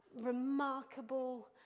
remarkable